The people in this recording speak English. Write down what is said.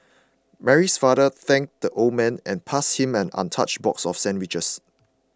Mary's father thanked the old man and passed him an untouched box of sandwiches